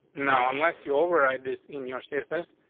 now, unless you override this in your sister's,